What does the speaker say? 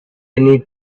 need